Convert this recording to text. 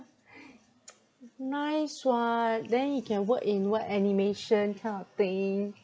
nice [what] then he can work in what animation kind of thing